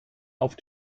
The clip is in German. auf